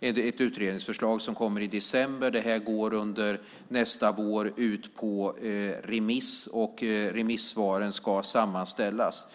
ett utredningsförslag som kommer i december och nästa vår går ut på remiss. Remissvaren ska sedan sammanställas.